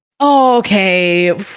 okay